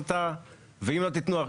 ואם לא תתנו.